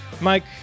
Mike